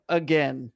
again